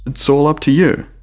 it's all up to you,